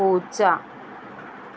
പൂച്ച